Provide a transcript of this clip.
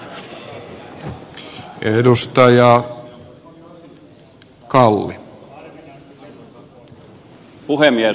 arvoisa puhemies